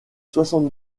soixante